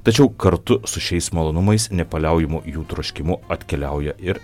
tačiau kartu su šiais malonumais nepaliaujamu jų troškimu atkeliauja ir